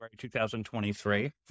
2023